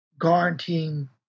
guaranteeing